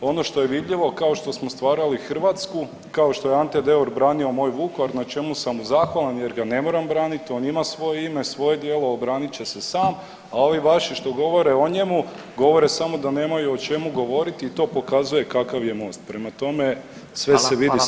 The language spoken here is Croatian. Ono što je vidljivo, kao što smo stvarali Hrvatsku, kao što je Ante Deur branio moj Vukovar na čemu sam ga zahvalan jer ga ne moram braniti, on ima svoje ime, svoje djelo, obranit će se sam, a ovi vaši što govore o njemu, govore samo da nemaju o čemu govoriti i to pokazuje kakav je Most, prema tome, sve se vidi, sve se zna.